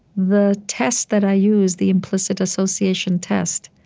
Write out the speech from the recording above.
the test that i use, the implicit association test,